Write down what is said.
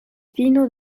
fino